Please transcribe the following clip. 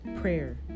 prayer